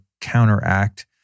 counteract